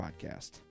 Podcast